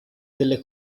delle